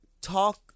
talk